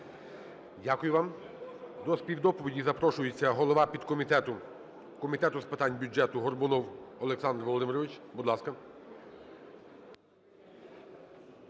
Дякую вам. До співдоповіді запрошується голова підкомітету Комітету з питань бюджету Горбунов Олександр Володимирович, будь ласка.